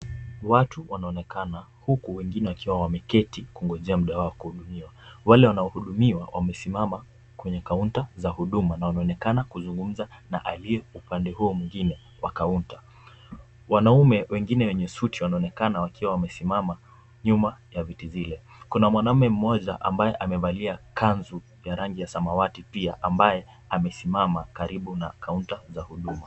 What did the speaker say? Watu wanaonekana huku wengine wakiwa wameketi kungojea muda wao wakuhudumiwa. Wale wanahudumiwa wamesimama kwenye kaunta za huduma na wanaonekana kuzungumza na aliye upande huo mwingine wa kaunta. Wanaume wengine wenye suti wanaonekana wakiwa wamesimama nyuma ya viti vile. Kuna mwanaume mmoja amevalia kanzu ya rangi ya samawati pia ambaye amesimama karibu na kaunta za huduma.